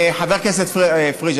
חבר הכנסת פריג',